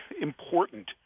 important